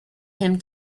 him